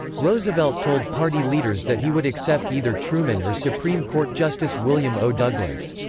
roosevelt told party leaders that he would accept either truman or supreme court justice william o. douglas.